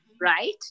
right